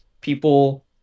people